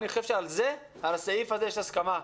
אני חושב שעל הסעיף הזה יש הסכמה,